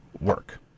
work